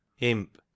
Imp